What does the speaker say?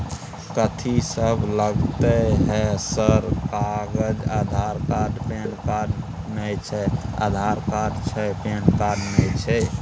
कथि सब लगतै है सर कागज आधार कार्ड पैन कार्ड नए छै आधार कार्ड छै पैन कार्ड ना छै?